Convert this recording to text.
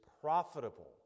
profitable